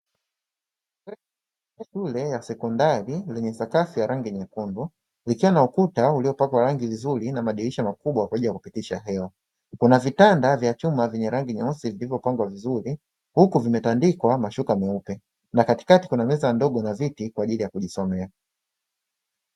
Bweni la shule ya sekondari lenye sakafu ya rangi nyekundu, likiwa na ukuta uliopakwa rangi vizuri na madirisha makubwa kwa ajili ya kupitisha hewa, kuna vitanda vya chuma vyenye rangi nyeusi vilivyopangwa vizuri, huku vimetandikwa mashuka meupe na katikati kuna meza ndogo na viti kwa ajili ya kujisomea.